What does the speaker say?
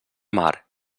mar